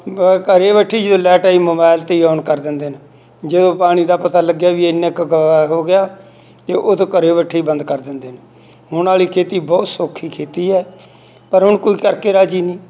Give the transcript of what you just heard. ਵ ਘਰ ਬੈਠੇ ਹੀ ਜਦੋਂ ਲੈਟ ਆਈ ਮੋਬਾਈਲ 'ਤੇ ਹੀ ਆਨ ਕਰ ਦਿੰਦੇ ਨੇ ਜਦੋਂ ਪਾਣੀ ਦਾ ਪਤਾ ਲੱਗਿਆ ਵੀ ਇੰਨੇ ਕੁ ਗ ਹੋ ਗਿਆ ਤਾਂ ਉਦੋਂ ਘਰ ਬੈਠੇ ਹੀ ਬੰਦ ਕਰ ਦਿੰਦੇ ਨੇ ਹੁਣ ਵਾਲੀ ਖੇਤੀ ਬਹੁਤ ਸੌਖੀ ਖੇਤੀ ਹੈ ਪਰ ਹੁਣ ਕੋਈ ਕਰਕੇ ਰਾਜ਼ੀ ਨਹੀਂ